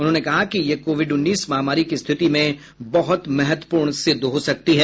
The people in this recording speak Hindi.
उन्होंने कहा कि यह कोविड उन्नीस महामारी की स्थिति में बहुत महत्वपूर्ण सिद्ध हो सकती है